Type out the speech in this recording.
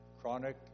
Chronic